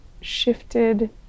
shifted